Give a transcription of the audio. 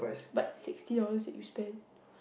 but sixty dollars that you spend